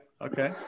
okay